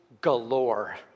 galore